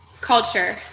Culture